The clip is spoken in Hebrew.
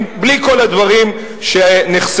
בלי כל הדברים שנחשפו,